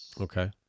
okay